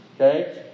okay